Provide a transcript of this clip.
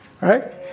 Right